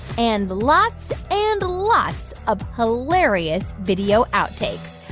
and lots and lots of hilarious video outtakes.